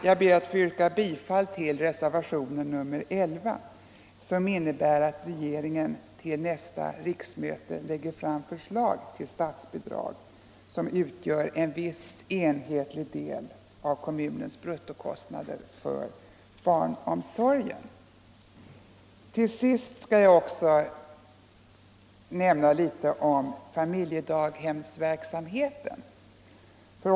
Jag ber att få yrka bifall till reservationen 11, vari det hemställs att riksdagen anhåller att regeringen till nästa riksmöte lägger fram förslag till statsbidrag som utgör en viss enhetlig andel av kommunens bruttokostnader för barnomsorgen. Till sist skall jag också nämna något om familjedaghemsverksamheten.